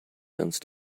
sense